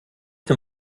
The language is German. dem